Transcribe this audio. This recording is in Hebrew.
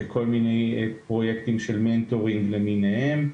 בכל מיני פרויקטים של מנטורים למיניהם,